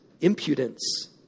impudence